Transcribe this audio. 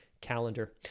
calendar